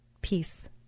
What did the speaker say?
Peace